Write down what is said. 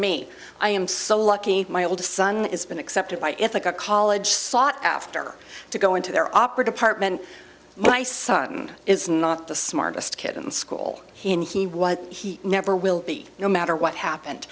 me i am so lucky my oldest son is been accepted by if a college sought after to go into their opera department my son is not the smartest kid in school when he was he never will be no matter what happened